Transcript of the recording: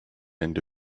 into